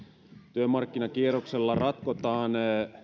työmarkkinakierroksella ratkotaan